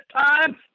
time